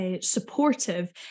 supportive